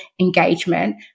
engagement